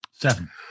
Seven